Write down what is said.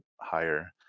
higher